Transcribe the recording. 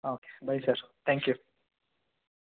okay bye sir thank you